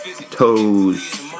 toes